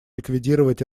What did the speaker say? ликвидировать